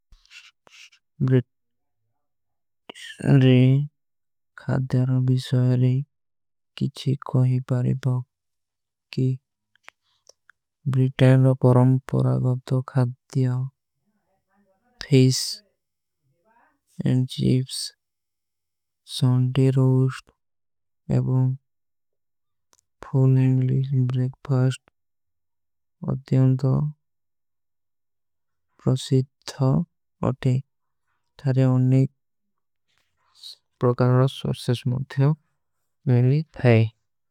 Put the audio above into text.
ବୃତେରୀ ଖାଦ୍ଯାରୋଂ ଵିଶଵେରେ। କିଛୀ କୋହୀ ପାରେବା କି ବୃତେରୀ ପରମ୍ପୁରା ଗବ୍ଦୋ। ଖାଦ୍ଯା ଫିସ ଔର ଜିପ୍ସ ସନ୍ଟୀ। ରୂସ୍ଟ ଔର ଫୂଲ ଏଂଗ୍ଲିକ୍ସ ବ୍ରେକଫାସ୍ଟ ଵିଶଵେରେ। ଖାଦ୍ଯାରୋଂ ଵିଶଵେରେ କିଛୀ କୋହୀ ପାରେବା।